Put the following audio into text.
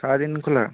সারাদিন খোলা